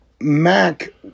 Mac